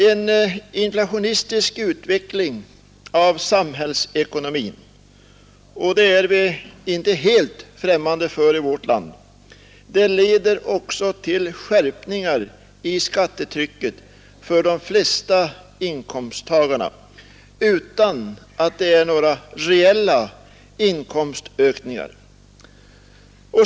En inflationistisk utveckling av samhällsekonomin — och det är vi inte helt främmande för i vårt land — leder också till skärpningar i skattetrycket för de flesta inkomsttagarna utan att de fått några reella inkomstökningar.